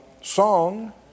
song